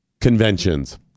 conventions